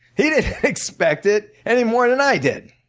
he didn't expect it any more than i did.